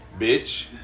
Bitch